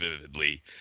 vividly